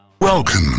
Welcome